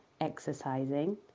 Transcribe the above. exercising